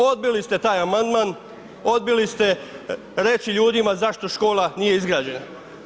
Odbili ste taj amandman, odbili ste reći ljudima zašto škola nije izgrađena.